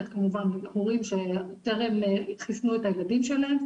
הורים שטרם חיסנו את הילדים שלהם,